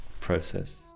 process